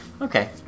Okay